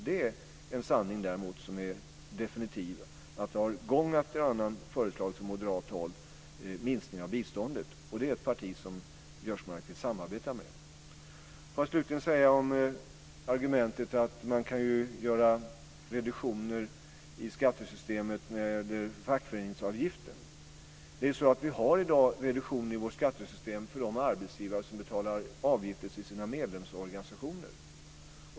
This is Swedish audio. Det är däremot en sanning som är definitiv att det gång efter annan från moderat håll har föreslagits minskningar av biståndet. Det partiet vill Biörsmark samarbeta med. Får jag slutligen säga någonting om argumentet att man i skattesystemet kan göra reduktion när det gäller fackföreningsavgiften. Vi har i vårt skattesystem i dag reduktion för de arbetsgivare som betalar avgifter till sina medlemsorganisationer.